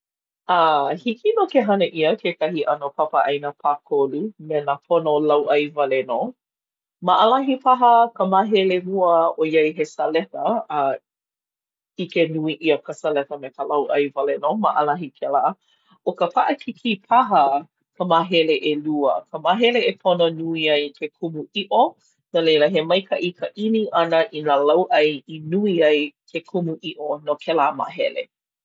ʻĀ, hiki nō ke hana ʻia kekahi ʻano papa ʻaina pākolu me nā pono lauʻai wale nō. Maʻalahi paha ka māhele mua ʻoiai he saleta a ʻike nui ʻia ka saleta me ka lauʻai wale nō, maʻalahi kēlā. ʻO ka paʻakikī paha ka māhele ʻelua, ka māhele e pono nui ai ke kumuʻiʻo. No leila he maikaʻi ka ʻimi ʻana i nā lauʻai i nui ai ke kumuʻiʻo no kēlā māhele.